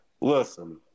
Listen